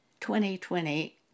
2020